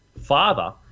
father